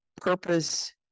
purpose